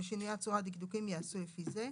ושינויי הצורה הדקדוקיים ייעשו לפי זה.